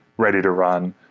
ready to run.